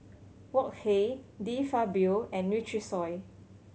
Wok Hey De Fabio and Nutrisoy